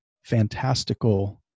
fantastical